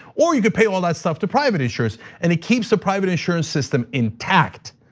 or you could pay all that stuff to private insurers and it keeps a private insurance system intact.